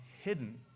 hidden